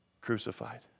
crucified